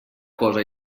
cosa